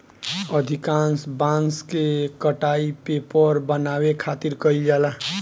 अधिकांश बांस के कटाई पेपर बनावे खातिर कईल जाला